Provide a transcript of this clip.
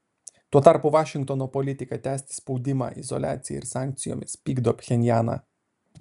tuo tarpu vašingtono politika tęsti spaudimą izoliacija ir sankcijomis pykdo pchenjaną